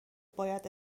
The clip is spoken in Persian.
باید